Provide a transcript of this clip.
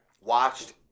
Watched